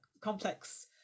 complex